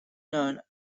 known